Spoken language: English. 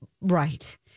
Right